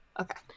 Okay